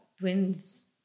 Twins